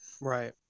Right